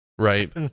Right